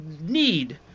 need